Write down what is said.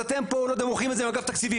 אז אתם פה לא יודע, מורחים את זה מאגף תקציבים.